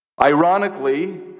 Ironically